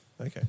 Okay